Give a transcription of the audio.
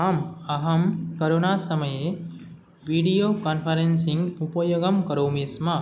आम् अहं करोनासमये विडियो कान्फ़ेरन्सिङ्ग् उपयोगं करोमि स्म